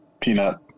peanut